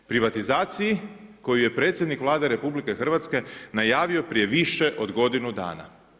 Privatizaciji koju je predsjednik Vlade RH najavio prije više od godinu dana.